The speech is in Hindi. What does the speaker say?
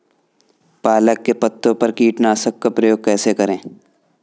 पालक के पत्तों पर कीटनाशक का प्रयोग कैसे करें?